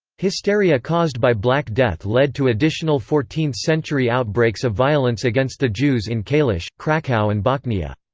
hysteria caused by black death led to additional fourteenth century outbreaks of violence against the jews in kalisz, krakow and bochnia.